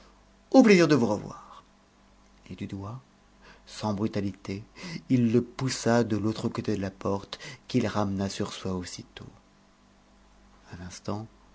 au plaisir de vous revoir et du doigt sans brutalité il le poussa de l'autre côté de la porte qu'il ramena sur soi aussitôt un instant